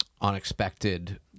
unexpected